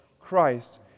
Christ